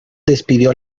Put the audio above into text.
despidió